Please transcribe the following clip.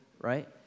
right